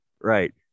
right